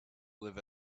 live